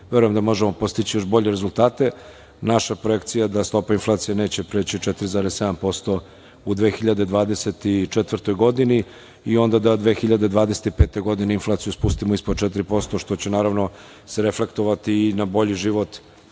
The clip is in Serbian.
verujem da možemo postići još bolje rezultate. Naša projekcija je da stopa inflacije neće preći 4,7% u 2024. godini i onda da 2025. godine spustimo ispod 4%, što će se, naravno, reflektovati na bolji život